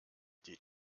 die